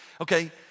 Okay